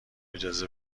اجازه